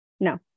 no